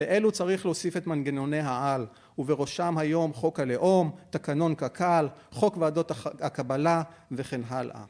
לאלו צריך להוסיף את מנגנוני העל, ובראשם היום חוק הלאום, תקנון קק"ל, חוק ועדות הקבלה וכן הלאה.